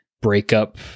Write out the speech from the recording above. breakup